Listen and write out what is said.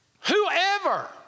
Whoever